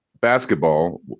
basketball